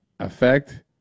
affect